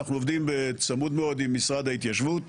אנחנו עובדים בצמוד מאוד עם משרד ההתיישבות